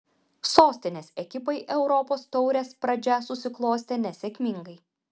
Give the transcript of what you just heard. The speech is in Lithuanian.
sostinės ekipai europos taurės pradžia susiklostė nesėkmingai